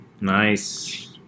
Nice